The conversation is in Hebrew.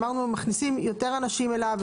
אמרנו מכניסים יותר אנשים אליו,